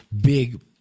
big